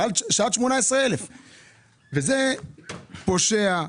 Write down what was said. עד 18,000. זה פושע,